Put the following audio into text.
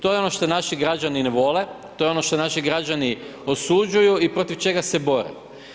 To je ono što naši građani ne vole, to je ono što naši građani osuđuju i protiv čega se bore.